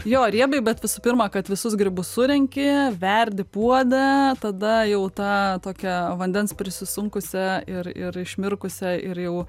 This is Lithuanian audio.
jo riebiai bet visų pirma kad visus grybus surenki verdi puode tada jau ta tokią vandens prisisunkusią ir ir išmirkusią ir jau